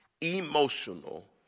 emotional